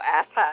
asshat